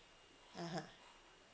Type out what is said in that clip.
(uh huh)